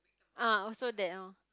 ah also that orh